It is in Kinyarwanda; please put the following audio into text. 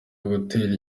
gutera